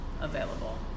available